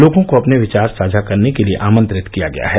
लोगों को अपने विचार साझा करने के लिए आंमत्रित किया गया है